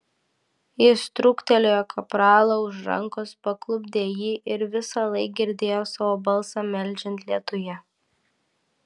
jis trūktelėjo kapralą už rankos paklupdė jį ir visąlaik girdėjo savo balsą meldžiant lietuje